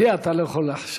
בי אתה לא יכול לחשוד.